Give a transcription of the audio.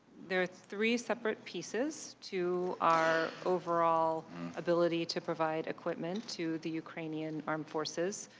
there are three separate pieces to our overall ability to provide equipment to the ukrainian armed forces.